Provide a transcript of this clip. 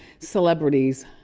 celebrities,